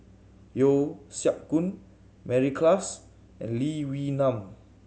Yeo Siak Goon Mary Klass and Lee Wee Nam